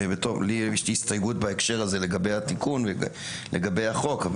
לי יש הסתייגות בהקשר הזה לגבי התיקון ולגבי החוק.